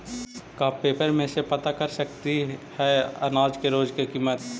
का पेपर में से पता कर सकती है अनाज के रोज के किमत?